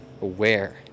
aware